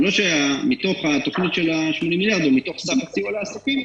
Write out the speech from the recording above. זה לא שמתוך התוכנית של 80 מיליארד או מתוך סך הסיוע לעסקים,